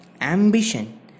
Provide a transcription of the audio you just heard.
ambition